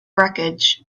wreckage